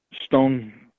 stone